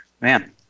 Man